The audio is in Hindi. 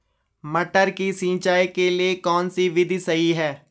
मटर की सिंचाई के लिए कौन सी विधि सही है?